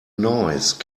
noise